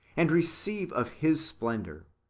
and receive of his splendour.